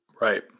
right